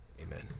Amen